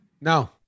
no